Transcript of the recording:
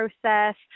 process